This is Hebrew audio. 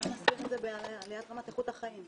אפשר להסביר את זה בעליית רמת איכות החיים.